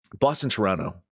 Boston-Toronto